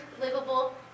livable